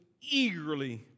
eagerly